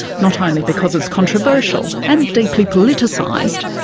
not only because it's controversial and deeply politicised,